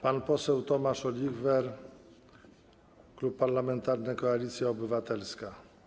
Pan poseł Tomasz Olichwer, Klub Parlamentarny Koalicja Obywatelska.